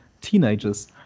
teenagers